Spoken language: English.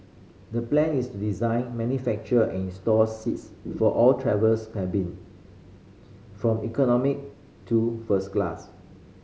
the plan is to design manufacture and install seats for all traveller's cabin from economy to first class